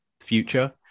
future